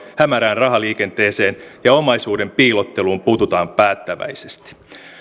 hämärään rahaliikenteeseen ja omaisuuden piilotteluun puututaan päättäväisesti